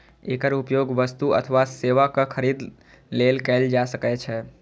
एकर उपयोग वस्तु अथवा सेवाक खरीद लेल कैल जा सकै छै